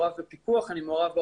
אני מעורב בפיקוח,